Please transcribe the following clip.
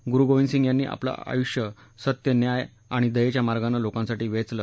गुरु गोविंदसिंग यांनी आपलं आयुष्य सत्य न्याय आणि दयेच्या मार्गानं लोकांसाठी वेचलं